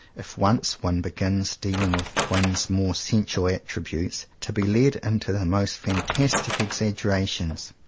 if once one begins dealing with one's more sensual attributes, to be led into the most fantastic exaggeration.